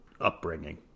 upbringing